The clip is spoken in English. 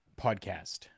podcast